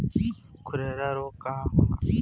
खुरहा रोग का होला?